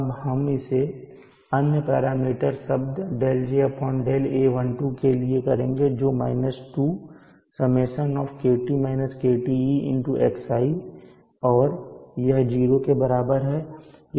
अब हम इसे अन्य पैरामीटर शब्द δjδa12 के लिए करेंगे जो 2Σ x i और यह 0 के बराबर है